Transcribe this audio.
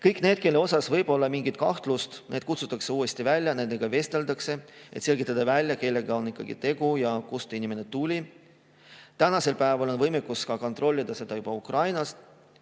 Kõik need, kelle suhtes võib olla mingi kahtlus, kutsutakse uuesti välja, nendega vesteldakse, et selgitada välja, kellega on ikkagi tegu ja kust inimene tuli. Nüüd on olemas võimekus kontrollida seda juba Ukrainast.